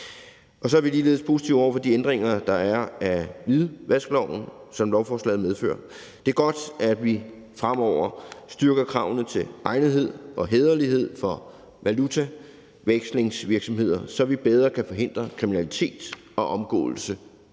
Så er vi ligeledes positive over for de ændringer, der er af hvidvaskloven, som lovforslaget medfører. Det er godt, at vi fremover styrker kravene til egnethed og hæderlighed for valutavekslingsvirksomheder, så vi bedre kan forhindre kriminalitet og omgåelse